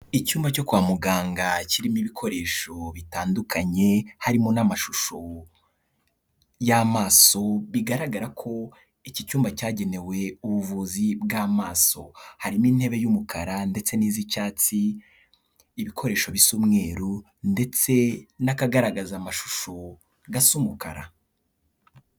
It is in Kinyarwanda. Icyumba cyo kwa muganga kirimo ibikoresho bitandukanye, harimo n'amashusho y'amaso, bigaragara ko iki cyumba cyagenewe ubuvuzi bw'amaso. H,arimo intebe y'umukara ndetse n'iz'icyatsi, ibikoresho bisa n'umweru ndetse n'akagaragaza amashusho gasa umukara.